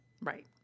right